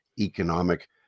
economic